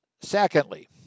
Secondly